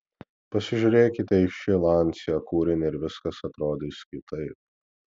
pasižiūrėkite į šį lancia kūrinį ir viskas atrodys kitaip